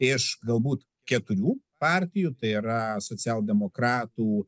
iš galbūt keturių partijų tai yra socialdemokratų